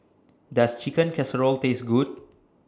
Does Chicken Casserole Taste Good